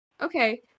Okay